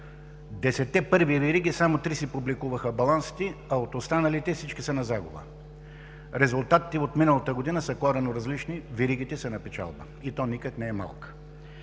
десетте първи вериги само три си публикуваха балансите, а от останалите всички са на загуба. Резултатите от миналата година са коренно различни, веригите са на печалба, и то никак не малка.